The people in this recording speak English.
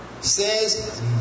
says